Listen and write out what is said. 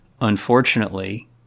unfortunately